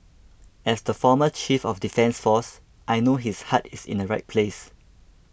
as the former chief of defence force I know his heart is in the right place